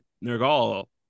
Nergal